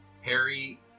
Harry